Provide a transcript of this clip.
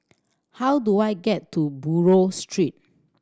how do I get to Buroh Street